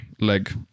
leg